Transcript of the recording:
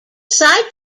aside